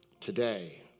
Today